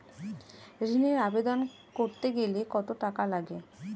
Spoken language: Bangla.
ঋণের আবেদন করতে গেলে কত টাকা লাগে?